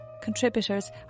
contributors